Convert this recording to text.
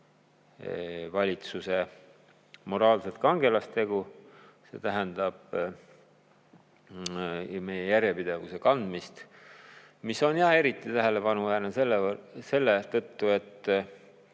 valitsuse moraalset kangelastegu, mis tähendab meie järjepidevuse kandmist. See on eriti tähelepanuväärne selle tõttu, et